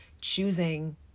choosing